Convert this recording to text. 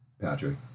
Patrick